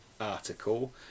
article